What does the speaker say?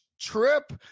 trip